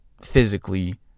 physically